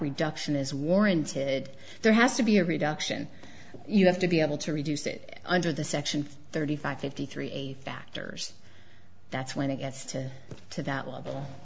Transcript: reduction is warranted there has to be a reduction you have to be able to reduce it under the section thirty five fifty three factors that's when it gets to to that level